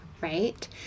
right